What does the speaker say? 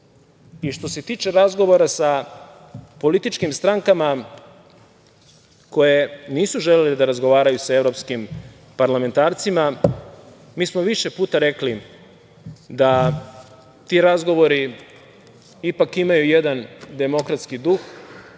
i što se tiče razgovora sa političkim strankama koje nisu želele da razgovaraju sa evropskim parlamentarcima, mi smo više puta rekli da ti razgovori ipak imaju jedan demokratski duh,